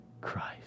Christ